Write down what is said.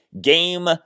game